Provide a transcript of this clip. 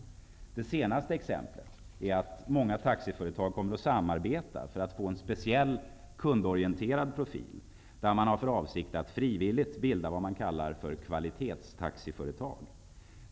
Det senaste exemplet är att många taxiföretag kommer att samarbeta för att få en speciell kundorienterad profil, där man har för avsikt att frivilligt bilda vad man kallar kvalitetstaxiföretag.